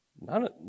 none